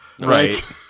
Right